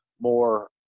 more